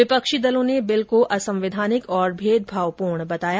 विपक्षी दलों ने बिल को असंवैधानिक और भेदभावपूर्ण बताया